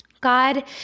God